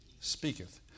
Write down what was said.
Speaketh